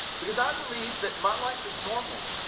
because i believe that my life is normal.